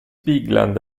bigland